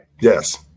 Yes